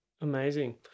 Amazing